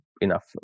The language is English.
enough